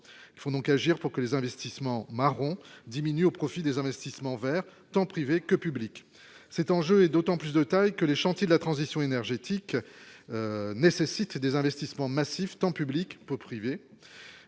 il faut donc agir pour que les investissements marron diminue au profit des investissements verts tant privé que public, cet enjeu est d'autant plus de taille que les chantiers de la transition énergétique nécessite des investissements massifs tant public peut privé,